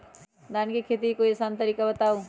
धान के खेती के कोई आसान तरिका बताउ?